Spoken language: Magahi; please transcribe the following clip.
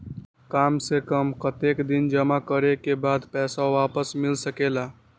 काम से कम कतेक दिन जमा करें के बाद पैसा वापस मिल सकेला?